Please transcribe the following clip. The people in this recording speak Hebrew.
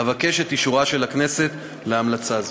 אבקש את אישורה של הכנסת להמלצה זו.